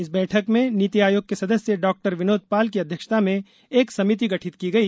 इस बैठक में नीति आयोग के सदस्य डॉक्टर विनोद पाल की अध्यक्षता में एक समिति गठित की गई